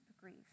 grief